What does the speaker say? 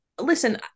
Listen